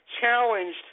challenged